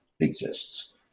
exists